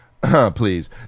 please